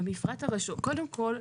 קודם כל,